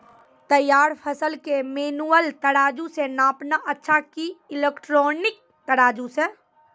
तैयार फसल के मेनुअल तराजु से नापना अच्छा कि इलेक्ट्रॉनिक तराजु से?